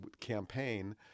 campaign